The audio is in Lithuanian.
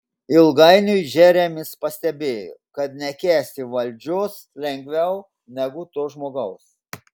ilgainiui džeremis pastebėjo kad nekęsti valdžios lengviau negu to žmogaus